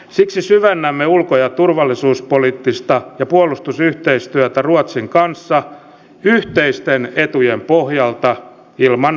siksi syvennämme ulko ja turvallisuuspoliittista ja puolustusyhteistyötä ruotsin kanssa yhteisten etujen pohjalta ilman rajoitteita